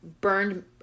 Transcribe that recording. burned